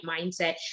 mindset